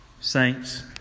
Saints